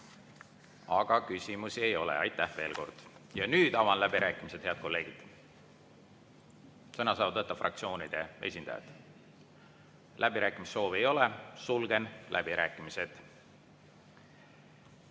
Aga küsimusi ei ole. Aitäh veel kord! Nüüd avan läbirääkimised, head kolleegid. Sõna saavad võtta fraktsioonide esindajad. Läbirääkimissoovi ei ole, sulgen läbirääkimised.